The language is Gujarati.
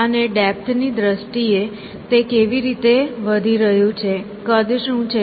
અને ડેપ્થ ની દ્રષ્ટિએ તે કેવી રીતે વધી રહ્યું છે કદ શું છે